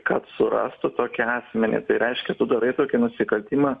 kad surastų tokį asmenį tai reiškia tu darai tokį nusikaltimą